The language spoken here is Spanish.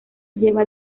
lleva